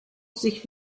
sich